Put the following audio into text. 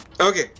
Okay